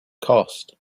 cost